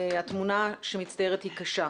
התמונה שמצטיירת היא קשה.